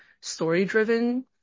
story-driven